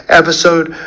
episode